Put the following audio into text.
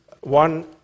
one